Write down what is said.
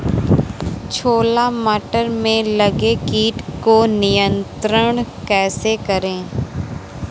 छोला मटर में लगे कीट को नियंत्रण कैसे करें?